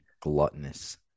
Gluttonous